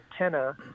antenna